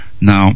now